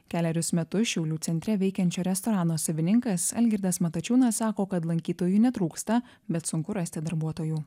kelerius metus šiaulių centre veikiančio restorano savininkas algirdas matačiūnas sako kad lankytojų netrūksta bet sunku rasti darbuotojų